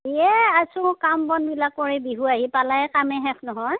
ইয়ে আছোঁ কাম বনবিলাক কৰি বিহু আহি পালে কামেই শেষ নহয়